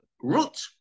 root